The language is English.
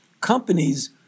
companies